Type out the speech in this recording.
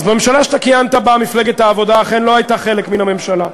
אז בממשלה שאתה כיהנת בה מפלגת העבודה אכן לא הייתה חלק מן הממשלה.